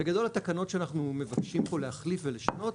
בגדול התקנות שאנחנו מבקשים פה להחליף ולשנות